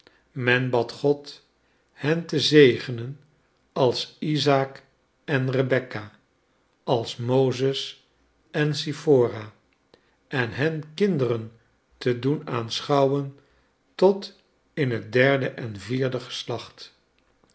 men bad god hen te zegenen als izaak en rebecca als mozes en sippora en hen kinderen te doen aanschouwen tot in het derde en vierde geslacht